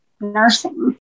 nursing